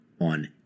on